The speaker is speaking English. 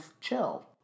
chill